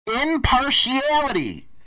impartiality